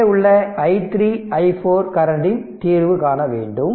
இங்கே உள்ள i3 i4 கரண்ட்டின் தீர்வு காண வேண்டும்